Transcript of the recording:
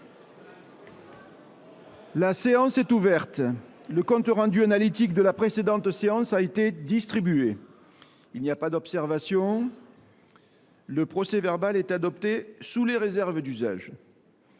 La séance est ouverte. Le compte rendu analytique de la précédente séance a été distribué. Il n’y a pas d’observation ?… Le procès verbal est adopté sous les réserves d’usage.